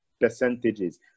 Percentages